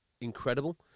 incredible